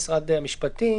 משרד המשפטים,